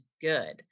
good